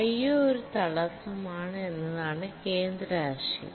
IO ഒരു തടസ്സമാണ് എന്നതാണ് കേന്ദ്ര ആശയം